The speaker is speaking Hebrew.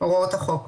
הוראות החוק.